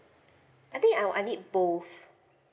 I think I I need both